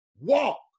Walk